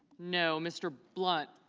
no. mr. blunt